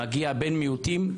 מגיע בן מיעוטים,